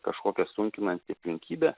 kažkokia sunkinanti aplinkybė